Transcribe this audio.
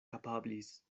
kapablis